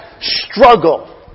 struggle